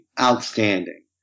outstanding